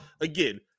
again